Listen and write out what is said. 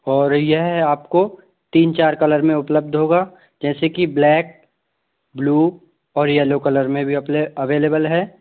और यह आपको तीन चार कलर में उपलब्ध होगा जैसे कि ब्लैक ब्लू और येलो कलर में भी अवेलेबल है